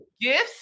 gifts